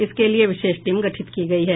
इसके लिये विशेष टीम गठित की गयी है